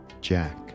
Jack